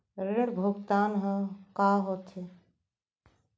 ऋण भुगतान ह का होथे?